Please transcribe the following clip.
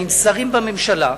עם שרים בממשלה,